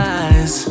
eyes